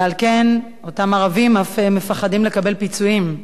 ועל כן אותם ערבים אף מפחדים לקבל פיצויים,